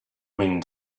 wind